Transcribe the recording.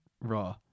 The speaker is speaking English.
raw